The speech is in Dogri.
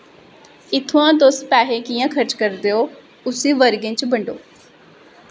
इत्थुआं तुस पैहा कि'यां खर्च करदे ओ उस्सी वर्गें च बंडो